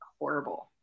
horrible